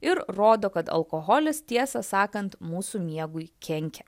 ir rodo kad alkoholis tiesą sakant mūsų miegui kenkia